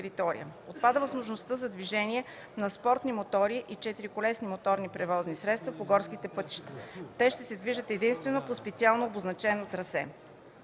Отпада възможността за движението на спортни мотори и четириколесни моторни превозни средства (ATV) по горските пътища. Те ще се движат единствено по специално обозначени трасета.